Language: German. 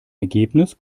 ergebnis